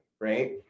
right